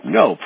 no